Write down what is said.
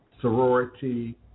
sorority